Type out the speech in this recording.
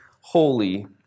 holy